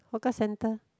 hawker centre